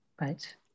Right